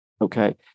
okay